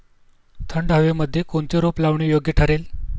थंड हवेमध्ये कोणते रोप लावणे योग्य ठरेल?